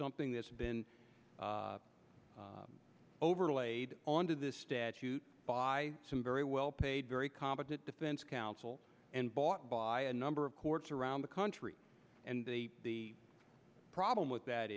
something that's been overlaid on to this statute by some very well paid very competent defense counsel and bought by a number of courts around the country and they the problem with that